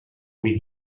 hui